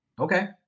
Okay